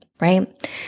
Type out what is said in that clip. right